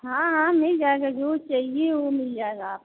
हाँ हाँ मिल जाएंगे जो चाहिए वह मिल जाएगा आपको